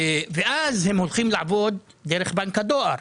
כשהם הולכים כבר לבנק הדואר,